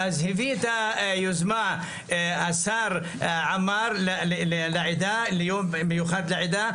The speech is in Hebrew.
הביא את היוזמה השר עמאר ליום מיוחד לעדה.